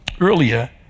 earlier